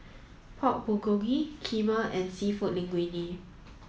Pork Bulgogi Kheema and Seafood Linguine